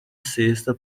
cesta